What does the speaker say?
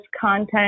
content